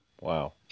Wow